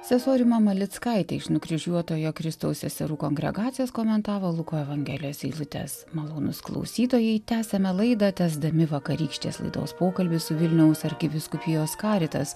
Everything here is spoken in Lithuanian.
sesuo rima malickaitė nukryžiuotojo kristaus seserų kongregacijos komentavo luko evangelijos eilutes malonūs klausytojai tęsiame laidą tęsdami vakarykštės laidos pokalbį su vilniaus arkivyskupijos caritas